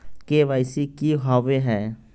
KYC की हॉबे हय?